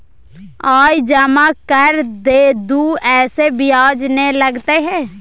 आय जमा कर दू ऐसे ब्याज ने लगतै है?